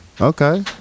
Okay